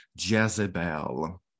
jezebel